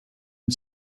and